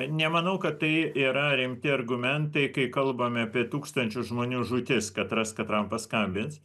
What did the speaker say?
nemanau kad tai yra rimti argumentai kai kalbame apie tūkstančių žmonių žūtis katras katram paskambins